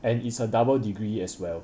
and is a double degree as well